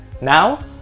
Now